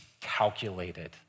calculated